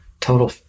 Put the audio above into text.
total